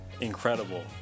incredible